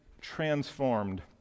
transformed